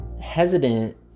hesitant